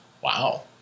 wow